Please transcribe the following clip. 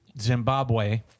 Zimbabwe